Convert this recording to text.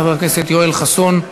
חבר הכנסת יואל חסון,